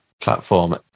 platform